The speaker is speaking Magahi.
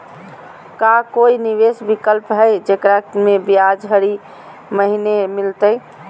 का कोई निवेस विकल्प हई, जेकरा में ब्याज हरी महीने मिलतई?